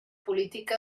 política